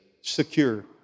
secure